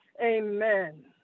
Amen